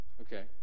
Okay